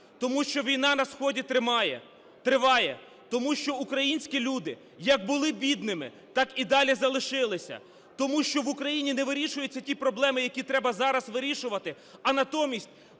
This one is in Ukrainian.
Тому що війна на сході триває, тому що українські люди як були бідними, так і далі залишилися. Тому що в Україні не вирішуються ті проблеми, які треба зараз вирішувати, а натомість